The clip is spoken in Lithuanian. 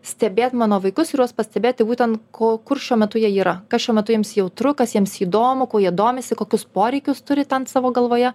stebėt mano vaikus ir juos pastebėti būtent ko kur šiuo metu jie yra kas šiuo metu jiems jautru kas jiems įdomu kuo jie domisi kokius poreikius turi ten savo galvoje